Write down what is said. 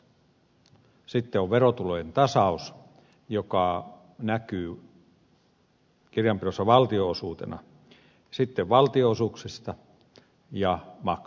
keskeinen on verot sitten on verotulojen tasaus joka näkyy kirjanpidossa valtionosuutena sitten valtionosuudet ja maksut